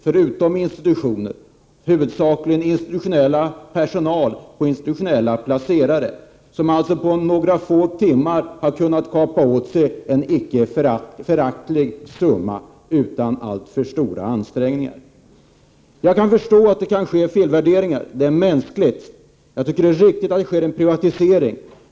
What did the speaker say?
Förutom institutioner har det huvudsakligen rört sig om institutionell personal och institutionella placerare. På några timmar har de kunnat kapa åt sig en icke föraktlig summa utan alltför stora ansträngningar. Jag kan förstå att det kan ske felvärderingar. Det är mänskligt. Jag tycker att det är riktigt att det sker en privatisering.